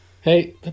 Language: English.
Hey